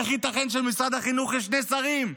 איך ייתכן שבמשרד החינוך יש שני שרים?